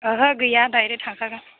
ओहो गैया दाइरेक थांखागोन